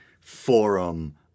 forum